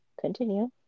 Continue